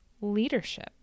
leadership